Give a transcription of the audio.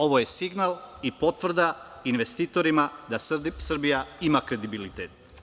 Ovo je signal i potvrda investitorima da Srbija ima kredibilitet.